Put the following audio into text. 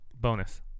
bonus